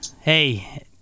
Hey